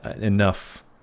enough